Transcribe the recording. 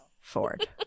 Ford